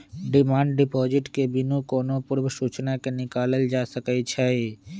demand deposit के बिनु कोनो पूर्व सूचना के निकालल जा सकइ छै